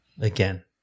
again